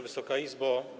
Wysoka Izbo!